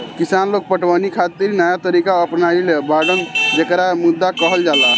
किसान लोग पटवनी खातिर नया तरीका अपनइले बाड़न जेकरा मद्दु कहल जाला